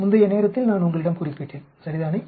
முந்தைய நேரத்தில் நான் உங்களிடம் குறிப்பிட்டேன் சரிதானே